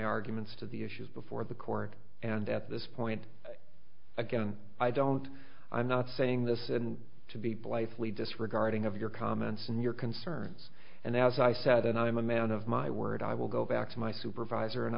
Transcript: arguments to the issues before the court and at this point again i don't i'm not saying this and to be blithely disregarding of your comments and your concerns and as i said and i'm a man of my word i will go back to my supervisor and